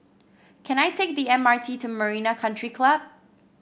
can I take the M R T to Marina Country Club